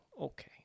Okay